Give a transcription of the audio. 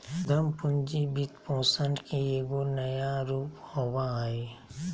उद्यम पूंजी वित्तपोषण के एगो नया रूप होबा हइ